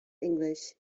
english